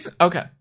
Okay